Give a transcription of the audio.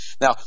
Now